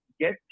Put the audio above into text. get